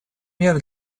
мер